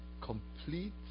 complete